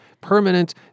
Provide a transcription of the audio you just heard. permanent